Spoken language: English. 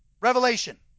Revelation